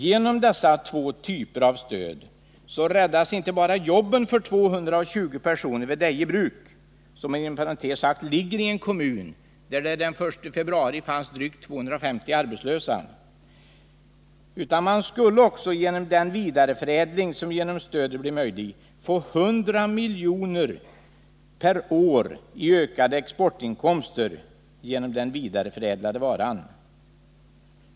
Genom dessa två typer av stöd inte bara räddas jobben för 220 personer vid Deje Bruk — vilket inom parentes sagt ligger i en kommun där det den 1 februari fanns drygt 250 arbetslösa — utan man skulle också med den vidareförädling som genom stödet blir möjlig få 100 miljoner per år i ökade exportinkomster.